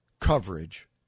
coverage